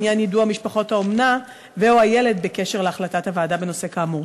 עניין יידוע משפחות האומנה ו/או הילד בקשר להחלטת הוועדה בנושא כאמור?